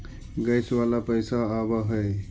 Gas वाला पैसा आव है?